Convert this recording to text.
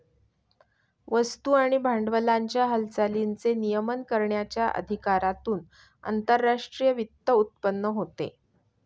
वस्तू आणि भांडवलाच्या हालचालींचे नियमन करण्याच्या अधिकारातून आंतरराष्ट्रीय वित्त उत्पन्न होते